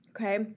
okay